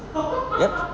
yup